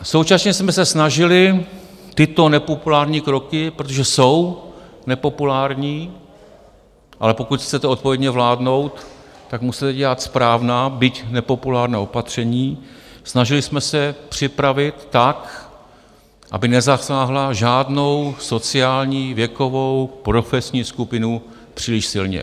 Současně jsme se snažili tyto nepopulární kroky, protože jsou nepopulární, ale pokud chcete odpovědně vládnout, tak musíte dělat správná, byť nepopulární opatření, snažili jsme se připravit tak, aby nezasáhla žádnou sociální, věkovou, profesní skupinu příliš silně.